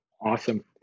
Awesome